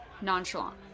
nonchalant